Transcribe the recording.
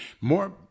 More